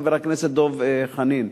חבר הכנסת דב חנין.